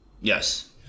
yes